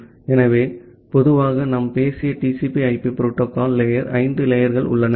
ஆகவே பொதுவாக நாம் பேசிய TCP IP புரோட்டோகால் லேயர் ஐந்து லேயர்கள் உள்ளன